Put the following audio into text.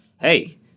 hey